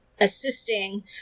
assisting